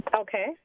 Okay